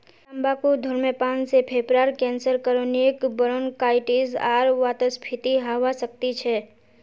तंबाकू धूम्रपान से फेफड़ार कैंसर क्रोनिक ब्रोंकाइटिस आर वातस्फीति हवा सकती छे